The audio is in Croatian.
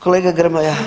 Kolega Grmoja.